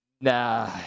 nah